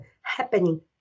happening